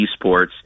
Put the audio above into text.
eSports